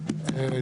בוימל אוקיי.